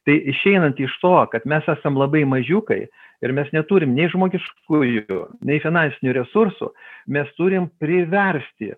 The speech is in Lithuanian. tai išeinant iš to kad mes esam labai mažiukai ir mes neturim nei žmogiškųjų nei finansinių resursų mes turim priversti